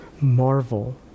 marvel